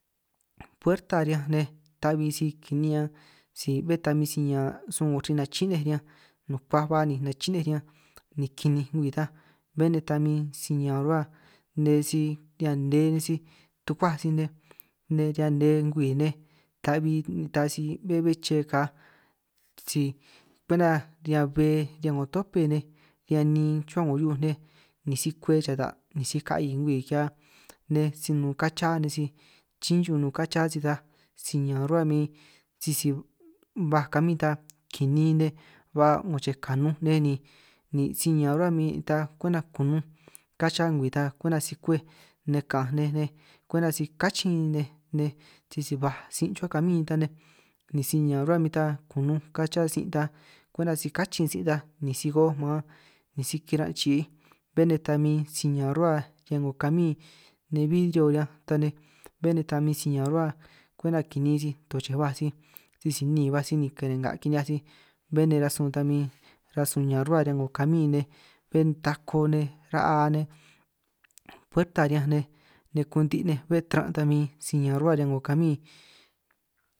Puerta riñanj nej ta'bi si kini'ñan si bé ta min si ñaan sun orin nachi'nej riñanj nukuaj ba ni nachi'nej riñanj, ni kininj ngwii ta bé ta nej min si ñaan ruhua nej sij ñan nnej sij tukuáj sij nej, riñan nne ngwii nej ta'bi taj si be'é che ka si kwenta riñan bbe riñan 'ngo tope nej ñan nin chuhua 'ngo hiu'uj nej ni si kwe chata' ni si ka'i ngwii ki'hia nej, si nun kan chia nej sij chínchu nun kan chia si ñaan rruhua min sisi baj kamin ta kinin nej, ba 'ngo chej kanun nej ni ni si ñaan rruhua min ta kwenta kunun kan chián ngwii ta kwenta si kwej nej kaan nej nej, kwenta si kachin nej nej sisi baj sin' chuhua kamin ta nej ni si niñan rruba min ta kununj kán chia sij ta, kwenta si kachin sin ta ni si kooj man ni si kiran' chiij bé nej ta min si ñaan rruhua riñan 'ngo kamin, nej bidrio riñan tan nej bé nej ta min si ña'an rruhua kwenta kini'in sij tu che baj sij sisi níin baj sij ni kerenga' kini'hiaj sij, bé nej rasun ña'an rruhua riñan kamin nej bé tako nej ra'a nej puerta riñanj riñan nej nne kunti nej, bé taran ta min si ñaan rruhua riñan 'ngo kamin.